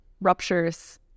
ruptures